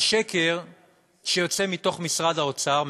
על שקר שיוצא מתוך משרד האוצר,